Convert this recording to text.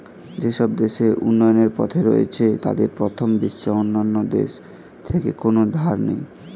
যেসব দেশ উন্নয়নের পথে রয়েছে তাদের প্রথম বিশ্বের অন্যান্য দেশ থেকে কোনো ধার নেই